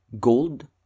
gold